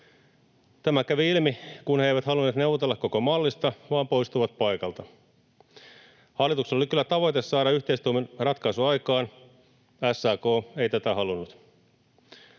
Tämä kävi ilmi, kun he eivät halunneet neuvotella koko mallista, vaan poistuivat paikalta. Hallituksella oli kyllä tavoite saada yhteistoimin ratkaisu aikaan, mutta SAK ei tätä halunnut.